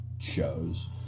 shows